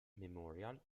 memorial